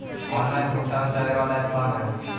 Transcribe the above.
Online भुगतान करे बाला ऐप कौन है?